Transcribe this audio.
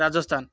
Rajasthan